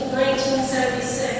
1976